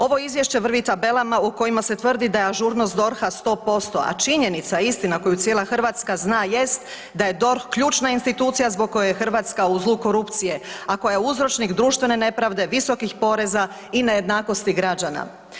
Ovo izvješće vrvi tabelama u kojima se tvrdi da je ažurnost DORH-a 100%, a činjenica i istina koju cijela Hrvatska zna jest da je DORH ključna institucija zbog koje je Hrvatska u zlu korupcije, a koja je uzročnik društvene nepravde, visokih poreza i nejednakosti građana.